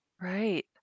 right